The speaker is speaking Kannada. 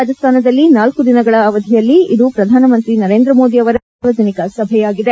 ರಾಜಾಸ್ಥಾನದಲ್ಲಿ ನಾಲ್ತು ದಿನಗಳ ಅವಧಿಯಲ್ಲಿ ಇದು ಪ್ರಧಾನಮಂತ್ರಿ ನರೇಂದ್ರ ಮೋದಿ ಅವರ ಎರಡನೇ ಸಾರ್ವಜನಿಕ ಸಭೆಯಾಗಿದೆ